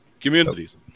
communities